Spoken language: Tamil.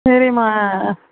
சரிம்மா